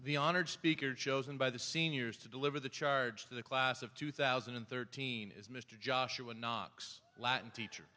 the honored speaker chosen by the seniors to deliver the charge to the class of two thousand and thirteen is mr joshua knox latin tea